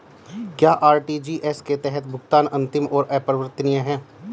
क्या आर.टी.जी.एस के तहत भुगतान अंतिम और अपरिवर्तनीय है?